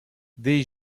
des